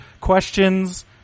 questions